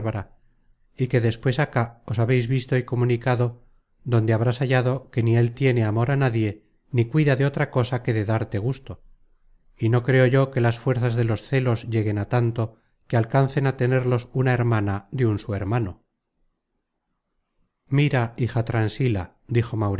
y que despues acá os habeis visto y comunicado donde habrás hallado que ni él tiene amor a nadie ni cuida de otra cosa que de darte gusto y no creo yo que las fuerzas de los celos lleguen á tanto que alcancen á tenerlos una hermana de un su hermano mira hija transila dijo